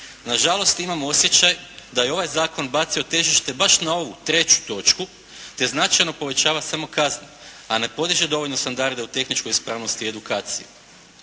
Na žalost imam osjećaj da je ovaj zakon bacio težište baš na ovu 3. točku te značajno povećava samo kazne, a ne podiže dovoljno standarda u tehničkoj ispravnosti i edukaciji.